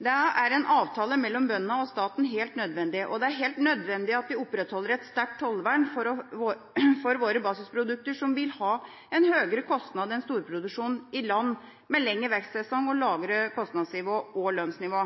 Da er en avtale mellom bøndene og staten helt nødvendig, og det er helt nødvendig at vi opprettholder et sterkt tollvern for våre basisprodukter – som vil ha en høyere kostnad enn storproduksjon i land med lengre vekstsesong og lavere kostnadsnivå og lønnsnivå.